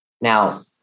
Now